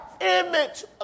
image